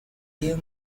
gave